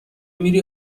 میری